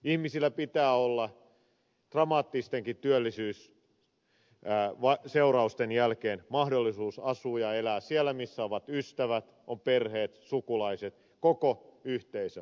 ihmisillä pitää olla dramaattistenkin työllisyysseurausten jälkeen mahdollisuus asua ja elää siellä missä ovat ystävät on perhe sukulaiset koko yhteisö